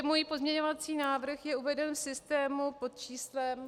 Můj pozměňovací návrh je uveden v systému pod číslem 5349.